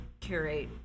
curate